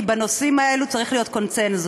כי בנושאים האלה צריך להיות קונסנזוס.